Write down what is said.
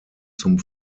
zum